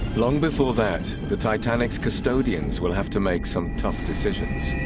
long before that the titanic's custodians will have to make some tough decisions